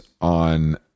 on